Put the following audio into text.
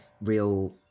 real